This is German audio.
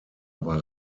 aber